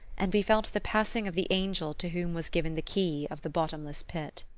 and we felt the passing of the angel to whom was given the key of the bottomless pit.